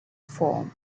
form